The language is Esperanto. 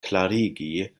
klarigi